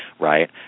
right